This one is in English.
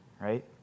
right